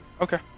Okay